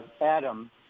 Adam